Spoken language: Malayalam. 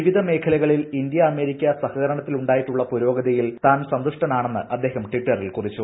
വിവിധ മേഖലകളിൽ ഇന്ത്യ അമേരിക്ക സഹകൂരണത്തിൽ ഉണ്ടായിട്ടുള്ള പുരോഗതിയിൽ താൻ സന്തുഷ്ടനാളണ്ണിന്നും അദ്ദേഹം ടിറ്ററിൽ കുറിച്ചു